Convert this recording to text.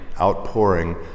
outpouring